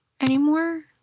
anymore